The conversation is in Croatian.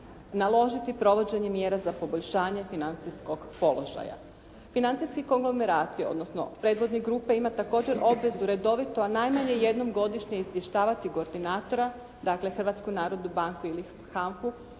naložiti provođenje mjera za poboljšanje financijskog položaja. Financijski konglomerati, odnosno predvodnik grupe ima također obvezu redovito, a najmanje jednom godišnje izvještavati koordinatora, dakle Hrvatsku narodu banku ili HANFA-u,